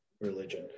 religion